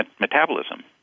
metabolism